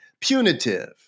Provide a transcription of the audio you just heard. punitive